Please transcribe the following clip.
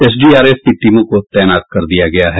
SDRF की टीमों को तैनात कर दिया गया है